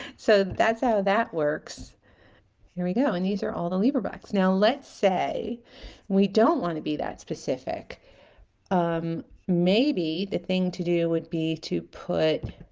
so that's how that works here we go and these are all the lever backs now let's say we don't want to be that specific um maybe the thing to do would be to put